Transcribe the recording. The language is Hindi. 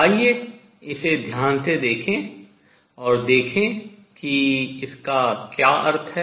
आइए इसे ध्यान से देखें और देखें कि इसका क्या अर्थ है